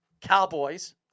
Cowboys